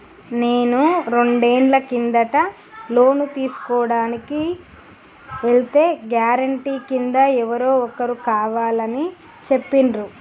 నేను రెండేళ్ల కిందట లోను తీసుకోడానికి ఎల్తే గారెంటీ కింద ఎవరో ఒకరు కావాలని చెప్పిండ్రు